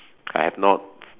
I have not